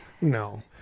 no